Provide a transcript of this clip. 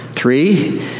Three